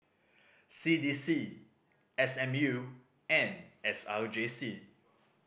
C D C S M U and S R J C